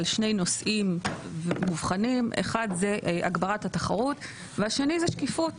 על שני נושאים מובחנים: אחד זה הגברת התחרות והשני זה שקיפות,